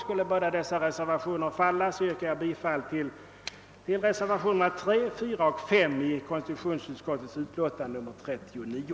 Skulle båda dessa reservationer bli avslagna, yrkar jag bifall till reservationerna 3, 4 och 5 i konstitutionsutskottets utlåtande nr 39.